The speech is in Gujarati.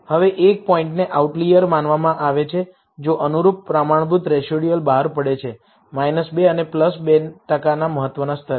હવે એક પોઇન્ટને આઉટલિઅર માનવામાં આવે છે જો અનુરૂપ પ્રમાણભૂત રેસિડયુઅલ બહાર પડે છે 2 અને 2 ટકાના મહત્વના સ્તરે